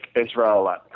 Israel